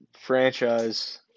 franchise